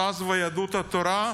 ש"ס ויהדות התורה,